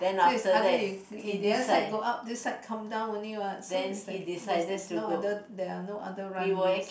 so is either you you the other side go up this side come down only what so is like there's there's no other there are no other runways